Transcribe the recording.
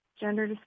gender